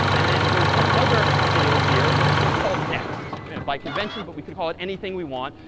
and then there's another field here. that let's call it next by convention, but we could call it anything we want.